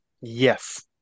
Yes